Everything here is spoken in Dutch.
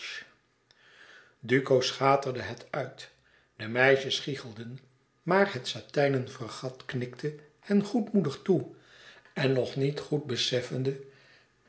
duco schaterde het uit de meisjes gichelden maar het satijnen fregat knikte hen goedmoedig toe en nog niet goed beseffende